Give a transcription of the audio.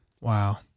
Wow